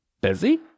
busy